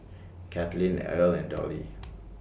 Katlyn Erle and Dollie